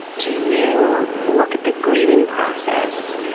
do you look at the grieving process?